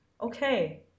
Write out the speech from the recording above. Okay